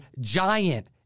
giant